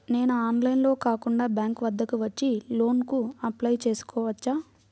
నేను ఆన్లైన్లో కాకుండా బ్యాంక్ వద్దకు వచ్చి లోన్ కు అప్లై చేసుకోవచ్చా?